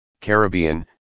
Caribbean